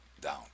down